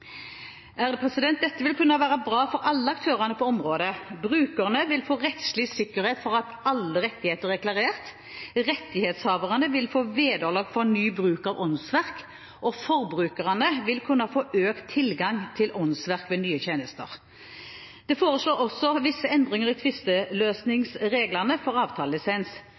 i Sverige. Dette vil kunne være bra for alle aktørene på området: Brukerne vil få rettslig sikkerhet for at alle rettigheter er klarert, rettighetshaverne vil få vederlag for ny bruk av åndsverk, og forbrukerne vil kunne få økt tilgang til åndsverk ved nye tjenester. Det foreslås også visse endringer i tvisteløsningsreglene for avtalelisens.